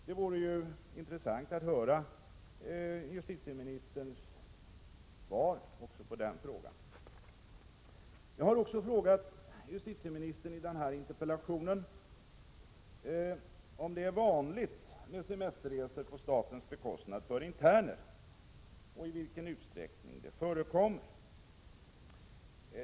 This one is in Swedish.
Det vore intressant att få höra justitieministerns svar.